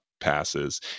passes